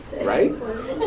right